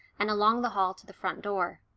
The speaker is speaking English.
and along the hall to the front door.